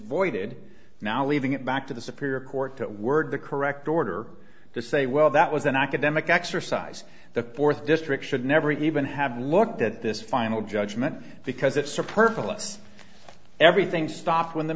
voided now leaving it back to the superior court to word the correct order to say well that was an academic exercise the fourth district should never even have looked at this final judgment because it's a purpose everything stopped when the